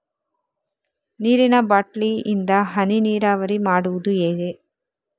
ನೀರಿನಾ ಬಾಟ್ಲಿ ಇಂದ ಹನಿ ನೀರಾವರಿ ಮಾಡುದು ಹೇಗೆ?